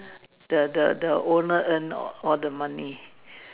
the the the owner an or the money